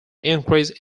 increase